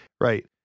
right